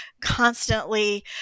constantly